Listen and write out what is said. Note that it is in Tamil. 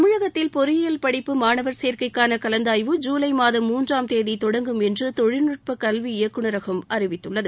தமிழகத்தில் பொறியியல் படிப்பு மாணவர் சேர்க்கைக்கான கலந்தாய்வு ஜூலை மாதம் மூன்றாம் தேதி தொடங்கும் என்று தொழில்நுட்பக் கல்வி இயக்குனரகம் அறிவித்துள்ளது